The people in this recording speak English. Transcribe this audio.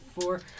four